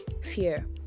fear